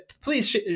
Please